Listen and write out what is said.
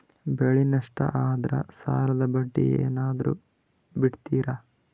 ಬೆಳೆ ನಷ್ಟ ಆದ್ರ ಸಾಲದ ಬಡ್ಡಿ ಏನಾದ್ರು ಬಿಡ್ತಿರಾ?